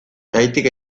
kaitik